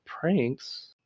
pranks